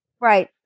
Right